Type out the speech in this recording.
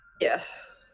Yes